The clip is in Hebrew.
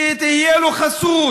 שתהיה לו חסות.